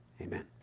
Amen